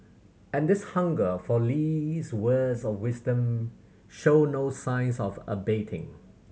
and this hunger for Lee's words of wisdom show no signs of abating